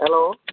hello